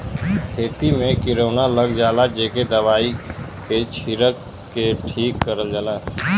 खेती में किरौना लग जाला जेके दवाई के छिरक के ठीक करल जाला